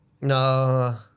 No